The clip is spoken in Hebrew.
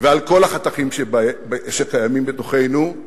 ולכל החתכים שקיימים בתוכנו,